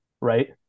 Right